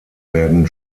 werden